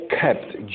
kept